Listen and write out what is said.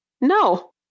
No